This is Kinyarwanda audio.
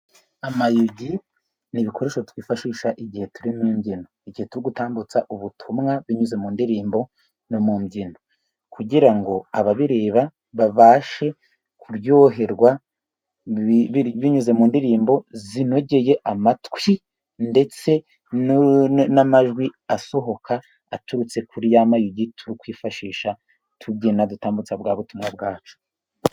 Amayugi ni ibikoresho twifashisha igihe turi mu imbyino, igihe turi gutambutsa ubutumwa binyuze mu ndirimbo no mu mbyino, kugira ngo ababireba babashe kuryoherwa binyuze mu ndirimbo zinogeye amatwi, ndetse n'amajwi asohoka aturutse kuri ya mayugi turi kwifashisha tubyina dutambutsa bwa butumwa bwacu.